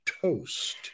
toast